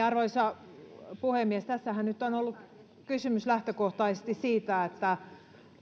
arvoisa puhemies tässähän nyt on ollut kysymys lähtökohtaisesti siitä että